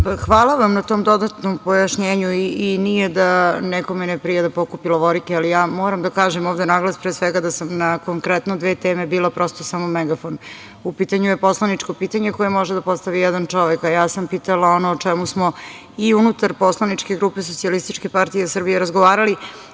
Hvala vam na tom dodatnom pojašnjenju i nije da nekome ne prija da pokupi lovorike, ali moram da kažem ovde naglas pre svega da sam na konkretno dve teme bila prosto samo megafon. U pitanju je poslaničko pitanje koje može da postavi jedan čovek, a ja sam pitala ono o čemu smo i unutar poslaničke grupe SPS razgovarali,